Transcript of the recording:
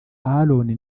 aaron